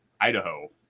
Idaho